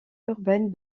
urbaine